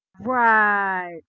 Right